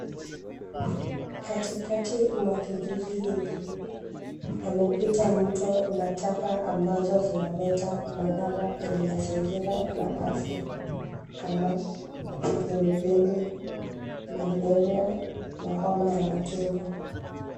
Katikati mwa kijiji hiki pamepita mto na taka ambazo zinaleta madhara kwenye mazingira na afya kama: Kipindupindu, Malaria na Homa ya Matumbo.